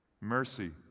Mercy